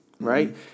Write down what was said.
right